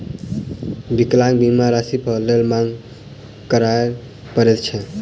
विकलांगता बीमा राशिक लेल मांग करय पड़ैत छै